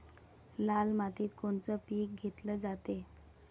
लाल मातीत कोनचं पीक घेतलं जाते?